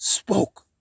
Spoke